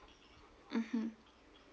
mmhmm